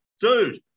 dude